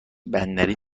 بندری